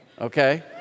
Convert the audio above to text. okay